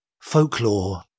folklore